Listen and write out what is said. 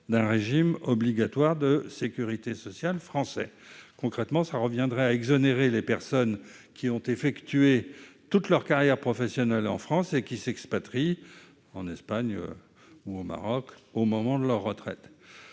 d'un régime obligatoire de sécurité sociale français. Concrètement, cela reviendrait à exonérer les personnes qui ont effectué toute leur carrière professionnelle en France et qui s'expatrient en Espagne ou au Maroc, par exemple, au moment de leur retraite.